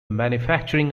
manufacturing